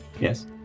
Yes